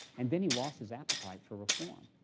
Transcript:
and then he lost his appetite for reform.